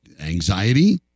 anxiety